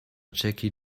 jackie